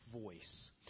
voice